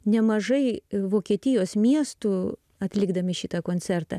nemažai vokietijos miestų atlikdami šitą koncertą